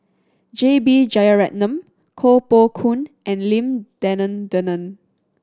J B Jeyaretnam Koh Poh Koon and Lim Denan Denon